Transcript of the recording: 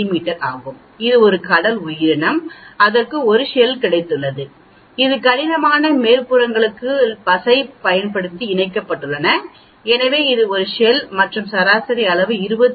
me ஆகும் இது ஒரு கடல் உயிரினம் அதற்கு ஒரு ஷெல் கிடைத்துள்ளது இது கடினமான மேற்பரப்புகளுக்கு பசை பயன்படுத்தி இணைக்கப்படுகிறது எனவே இது ஒரு ஷெல் மற்றும் சராசரி அளவு 25 மி